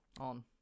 on